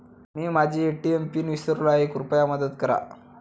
मी माझा ATM PIN विसरलो आहे, कृपया मदत करा